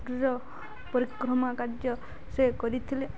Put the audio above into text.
ର ପରିକ୍ରମା କାର୍ଯ୍ୟ ସେ କରିଥିଲେ